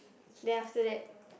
then after that